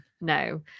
no